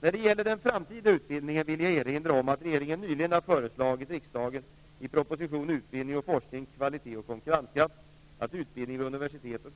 När det gäller den framtida utbildningen vill jag erinra om att regeringen nyligen har föreslagit riksdagen i propositionen ''Utbildning och